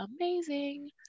amazing